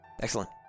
Excellent